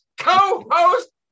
co-host